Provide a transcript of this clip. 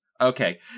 Okay